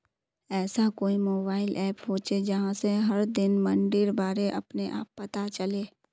ऐसा कोई mobile app होचे जहा से हर दिन मंडीर बारे अपने आप पता चले?